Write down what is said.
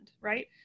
right